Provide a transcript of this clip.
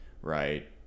Right